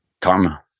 karma